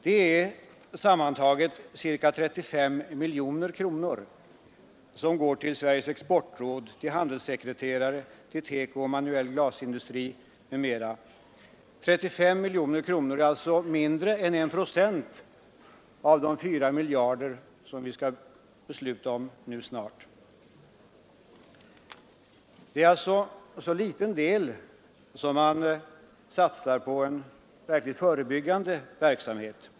Det är sammantaget cirka 35 miljoner kronor som går till Sveriges exportråd, till handelssekreterare, till teko-industri, manuell glasindustri m.m., alltså mindre än I procent av de 4 miljarder som vi snart skall besluta om. En så liten andel satsas på verkligt förebyggande verksamhet.